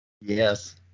yes